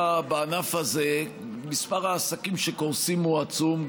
בענף הזה מספר העסקים שקורסים הוא עצום.